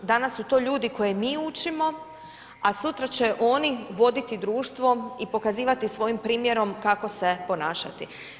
Danas su to ljudi koje mi učimo, a sutra će oni voditi društvo i pokazivati svojim primjerom kako se ponašati.